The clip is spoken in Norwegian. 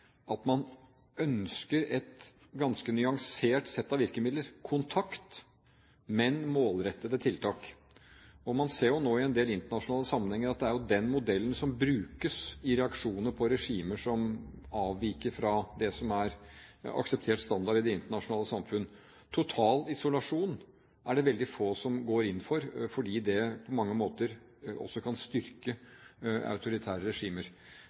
at man ønsker et ganske nyansert sett av virkemidler – kontakt, men målrettede tiltak. Man ser jo nå i en del internasjonale sammenhenger at det er den modellen som brukes i reaksjoner på regimer som avviker fra det som er akseptert standard i det internasjonale samfunn. Total isolasjon er det veldig få som går inn for, fordi det på mange måter også kan styrke autoritære regimer.